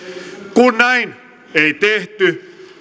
kun näin ei tehty